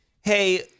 hey